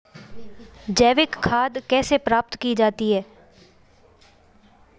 जैविक खाद कैसे प्राप्त की जाती है?